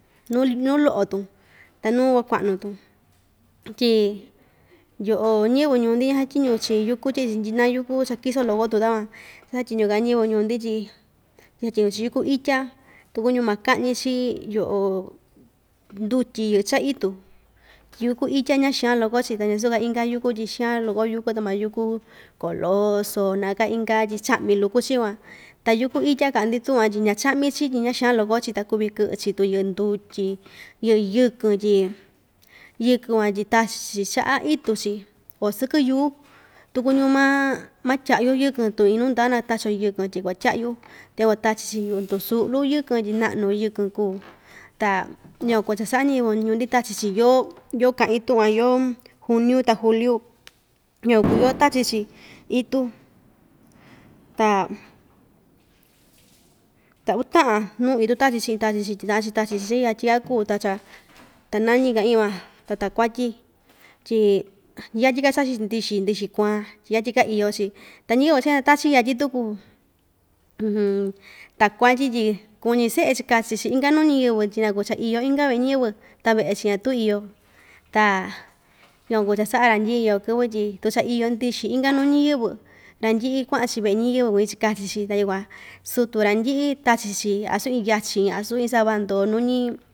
Nuu li nu lo'o‑tun ta nuu kuakua'nu‑tun tyi yo'o ñɨvɨ ñuu‑ndi ñasatyiñu yúku tyi'i‑chi na yuku cha‑kiso loko‑tun takuan ña‑chatyiñu‑ka ñɨvɨ ñuu‑ndi tyi tyi chatyiñu‑chi yúku itya tu kuñu maka'ñi‑chi yo'o ndutyi yɨ'ɨ cha'a ityi yúku itya ña‑xaan loko‑chi ta ñasu‑ka inka yúku tyi xaan loko yúku ta ma yúku coloso na‑ka inka tyi cha'mi luku‑chi van ta yúku itya ka'a‑ndi tu'un va tyi ñacha'mi‑chi tyi ña‑xaan loko‑chi ta kuvi kɨ'ɨ‑chi tu yɨ'ɨ ndutyi yɨ'ɨ yɨkɨn tyi yɨkɨn van tyi tachi‑chi cha'a itu‑chi o sɨkɨ yuu tukuñu ma matya'yu yɨkɨn tu iin nu ndaa na tachio yɨkɨn tyi kuatya'yun ta yukuan tachi‑chi yu'u ndusu'lu yɨkɨn tyi na'nu yɨkɨn kuu ta yukuan ku cha‑sa'a ñɨvɨ ñuu‑ndi tachi‑chi yoo yoo ka'in tu'un van yoo juniu ta juliu yukuan kuu yoo tachi‑chi itu ta ta uu ta'an nuu itu tachi‑chi iin tachi‑chi tyi ta'an‑chi tachi‑chi cha yatyi‑ka kuu ta cha tanañí ka'in va ta takuatyí tyi yatyi‑ka chachi‑chi ndɨxɨ ndɨxɨ kuan tyi yatyi‑ka iyo‑chi ta ñɨvɨ cha ñatachin yatyi tuku takuatyí tyi kuñi se'e‑chi kachi‑chi inka nuu ñiyɨvɨ tyi naku cha iyo inka ve'e ñɨvɨ ta ve'e‑chi ñatu iyo ta yukuan kuu cha‑sa'a randyi'i iyo kɨvɨ tyi tu cha iyo ndɨxɨ inka nuu ñiyɨvɨ randyi'i kua'an‑chi ve'e ñiyɨvɨ kuñi‑chi kachi‑chi ta yukuan sutu randyi'i tachi‑chi asu iin yachin asu iin sava ndo nuñi.